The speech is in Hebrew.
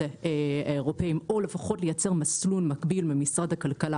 האירופאים או לפחות לייצר מסלול מקביל במשרד הכלכלה